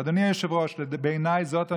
אדוני היושב-ראש, בעיניי זאת אנטישמיות,